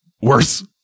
worse